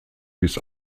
bis